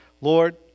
Lord